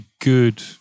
good